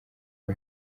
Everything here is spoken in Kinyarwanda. rwo